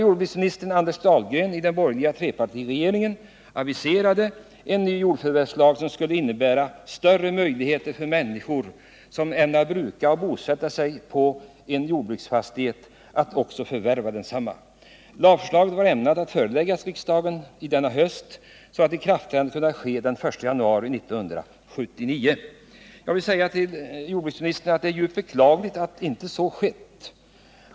Jordbruksministern i den borgerliga trepartiregeringen, Anders Dahlgren, aviserade en ny jordförvärvslag, som skulle innebära större möjligheter för människor som ämnar bruka och bosätta sig på en jordbruksfastighet att också förvärva densamma. Lagförslaget var ämnat att föreläggas riksdagen denna höst, så att lagen skulle ha kunnat träda i kraft den 1 januari 1979. Det är beklagligt att så inte sker.